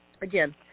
again